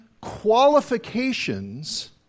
qualifications